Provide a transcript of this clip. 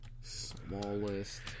Smallest